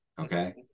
okay